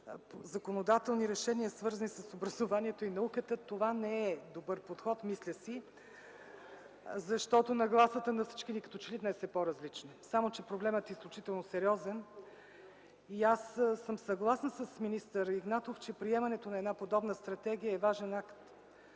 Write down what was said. законодателни решения, свързани с образованието и науката? Мисля си, че това не е добър подход, защото нагласата на всички ни като че ли днес е по-различна. Само че проблемът е изключително сериозен и съм съгласна с министър Игнатов, че приемането на една подобна стратегия е важен акт,